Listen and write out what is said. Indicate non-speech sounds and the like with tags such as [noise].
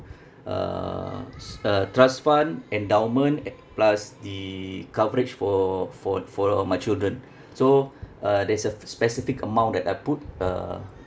uh s~ uh trust fund endowment [noise] plus the coverage for for for my children so uh there's a f~ specific amount that I put uh